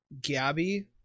Gabby